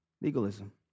legalism